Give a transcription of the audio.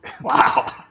Wow